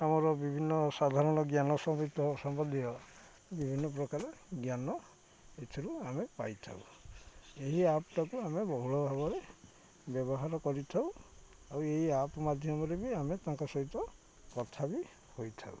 ଆମର ବିଭିନ୍ନ ସାଧାରଣ ଜ୍ଞାନ ସବିତ ସମ୍ବନ୍ଧୀୟ ବିଭିନ୍ନ ପ୍ରକାର ଜ୍ଞାନ ଏଥିରୁ ଆମେ ପାଇଥାଉ ଏହି ଆପ୍ଟାକୁ ଆମେ ବହୁଳ ଭାବରେ ବ୍ୟବହାର କରିଥାଉ ଆଉ ଏହି ଆପ୍ ମାଧ୍ୟମରେ ବି ଆମେ ତାଙ୍କ ସହିତ କଥା ବିି ହୋଇଥାଉ